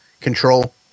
control –